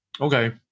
Okay